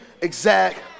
exact